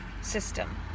system